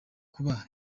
kuba